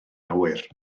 awyr